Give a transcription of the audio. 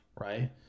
right